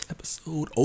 Episode